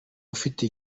ufite